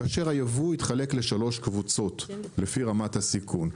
כאשר הייבוא התחלק לשלוש קבוצות לפי רמת הסיכון.